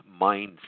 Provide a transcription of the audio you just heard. mindset